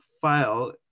file